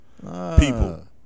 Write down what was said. People